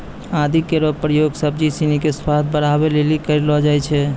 आदि केरो प्रयोग सब्जी सिनी क स्वाद बढ़ावै लेलि कयलो जाय छै